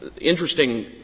interesting